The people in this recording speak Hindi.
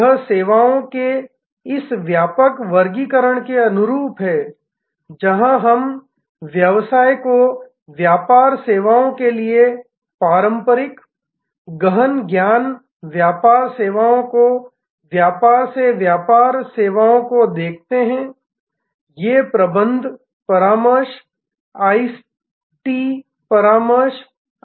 यह सेवाओं के इस व्यापक वर्गीकरण के अनुरूप है जहाँ हम व्यवसाय को व्यापार सेवाओं के लिए पारंपरिक गहन ज्ञान व्यापार सेवाओं को व्यापार से व्यापार सेवाओं को देखते हैं ये प्रबंधन परामर्श आईटी परामर्श आदि हैं